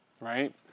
right